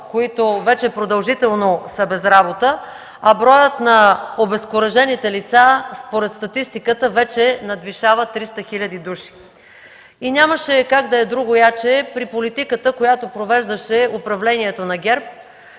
които вече продължително са без работа, а броят на обезкуражените лица според статистиката вече надвишава 300 хиляди души. Нямаше как да е друго яче при политиката, която провеждаше управлението на ГЕРБ